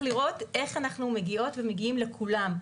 לראות איך אנחנו מגיעות ומגיעים לכולם,